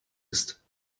ist